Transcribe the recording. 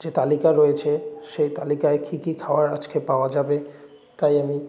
যে তালিকা রয়েছে সেই তালিকায় কী কী খাবার আজকে পাওয়া যাবে তাই আমি